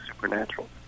supernatural